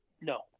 no